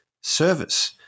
service